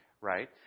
right